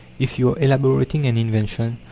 if you are elaborating an invention,